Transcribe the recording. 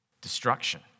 destruction